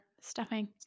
Stuffing